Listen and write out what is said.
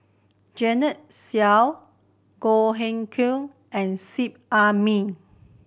Joanne Soo Goh Hood Keng and Seet Ai Mee